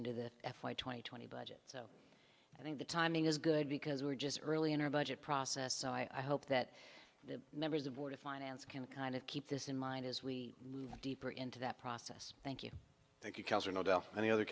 into the f y twenty twenty budget so i think the timing is good because we're just early in our budget process so i hope that the members aboard a finance can kind of keep this in mind as we move deeper into that process thank you thank you and the other